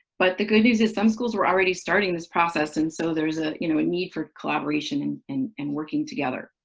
but the good news is some schools were already starting this process, and so there's, ah you know, a need for collaboration and and and working together.